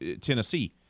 Tennessee